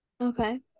Okay